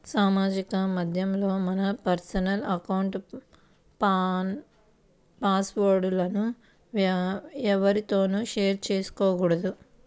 సామాజిక మాధ్యమాల్లో మన పర్సనల్ అకౌంట్ల పాస్ వర్డ్ లను ఎవ్వరితోనూ షేర్ చేసుకోకూడదు